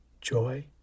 joy